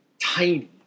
tiny